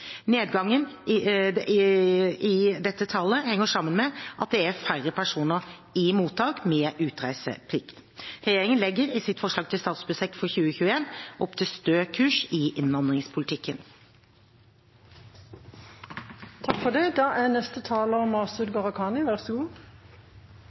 Nedgangen i dette tallet henger sammen med at det er færre personer i mottak med utreiseplikt. Regjeringen legger i sitt forslag til statsbudsjett for 2021 opp til stø kurs i innvandringspolitikken. Det blir replikkordskifte. Arbeiderpartiets flyktningpolitikk står på to viktige bein. Det ene er